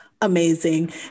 amazing